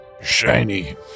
Shiny